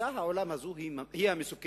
תפיסת העולם הזאת מסוכנת.